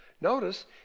Notice